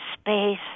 space